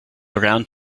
around